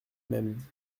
même